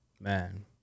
Man